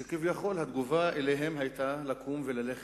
וכביכול התגובה עליהם היתה לקום וללכת.